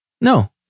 No